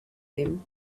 them